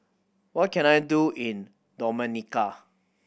what can I do in Dominica